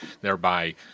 thereby